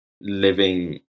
living